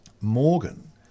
Morgan